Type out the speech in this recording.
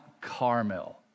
Carmel